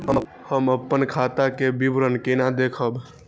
हम अपन खाता के विवरण केना देखब?